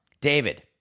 David